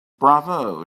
bravo